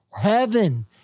Heaven